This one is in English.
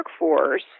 workforce